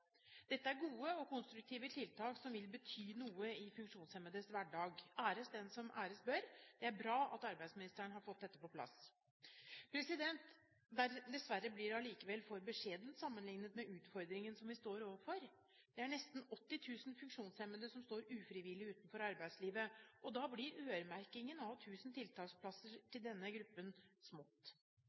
Dette er gode og konstruktive tiltak som vil bety noe i funksjonshemmedes hverdag. Æres den som æres bør: Det er bra at arbeidsministeren har fått dette på plass. Dessverre blir det allikevel for beskjedent sammenliknet med utfordringen som vi står overfor. Det er nesten 80 000 funksjonshemmede som ufrivillig står utenfor arbeidslivet, og da blir øremerkingen av 1 000 tiltaksplasser til denne gruppen smått.